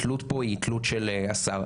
התלות היא תלות של השר.